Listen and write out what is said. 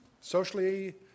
socially